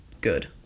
good